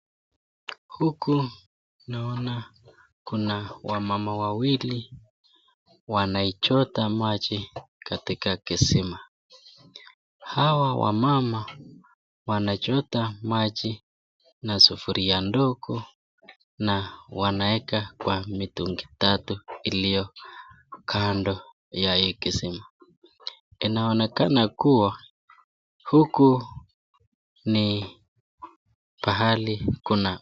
Huku naona wamama wawili wanachota maji katika kizima , hawa wamama wanachota maji na sufuria ndogo na wanawekwa kwa mitungi tatu iliyo kando ya hii kizima, inaonekana kuwa huku ni pahali kuna.